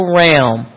realm